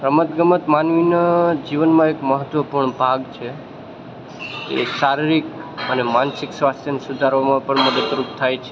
રમતગમત માનવીના જીવનમાં એક મહત્ત્વપૂર્ણ ભાગ છે એ શારીરિક અને માનસિક સ્વાસ્થ્યને સુધારવામાં પણ મદદરૂપ થાય છે